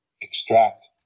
extract